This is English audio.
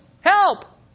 Help